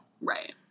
Right